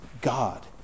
God